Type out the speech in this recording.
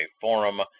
forum